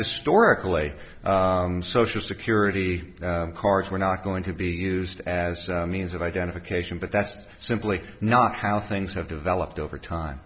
historically social security cards were not going to be used as means of identification but that's simply not how things have developed over time